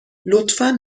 لطفا